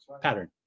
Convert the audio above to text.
pattern